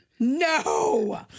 No